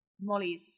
Molly's